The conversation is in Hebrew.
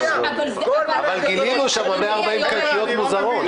--- ואז גילינו כל מיני קלפיות מוזרות.